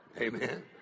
Amen